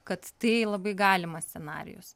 kad tai labai galimas scenarijus